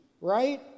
right